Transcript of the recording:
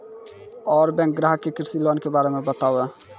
और बैंक ग्राहक के कृषि लोन के बारे मे बातेबे?